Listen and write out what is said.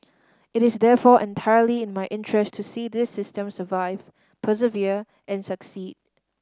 it is therefore entirely in my interest to see this system survive persevere and succeed